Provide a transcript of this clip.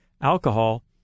alcohol